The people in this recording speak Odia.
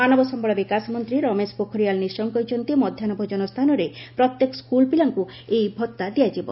ମାନବସ୍ଥଳ ବିକାଶ ମନ୍ତ୍ରୀ ରମେଶ ପୋଖରିଆଲ ନିଶଙ୍କ କହିଛନ୍ତି ମଧ୍ୟାହ୍ନ ଭୋଜନ ସ୍ଥାନରେ ପ୍ରତ୍ୟେକ ସ୍କୁଲ ପିଲାଙ୍କୁ ଏହି ଭଉା ଦିଆଯିବ